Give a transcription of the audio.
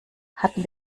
hatten